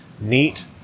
neat